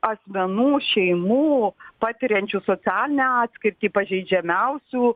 asmenų šeimų patiriančių socialinę atskirtį pažeidžiamiausių